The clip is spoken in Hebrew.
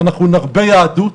אנחנו נרבה יהדות,